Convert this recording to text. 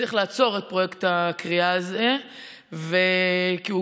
שצריך לעצור את פרויקט הכרייה הזה כי הוא